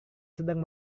sedang